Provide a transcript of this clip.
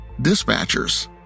dispatchers